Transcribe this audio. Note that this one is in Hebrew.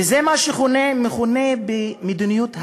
וזה מה שמכונה מדיניות הייהוד.